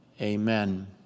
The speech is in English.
Amen